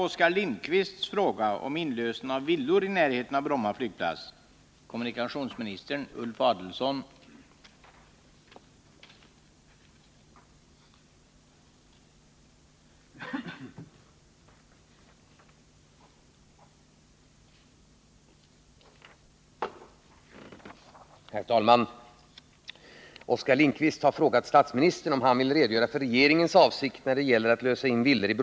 Uttalandet klargör emellertid att kommunikationsministern uttalat sig på regeringens vägnar.